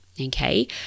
Okay